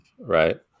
right